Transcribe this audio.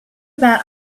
about